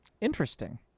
interesting